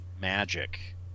magic